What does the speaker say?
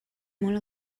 molt